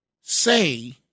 say